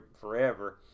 forever